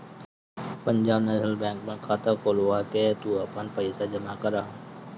Punjab national bank में खाता खोलवा के तू आपन पईसा जमा करअ